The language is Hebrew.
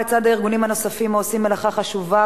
לצד הארגונים הנוספים העושים מלאכה חשובה,